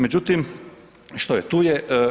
Međutim, što je tu je.